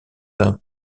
d’un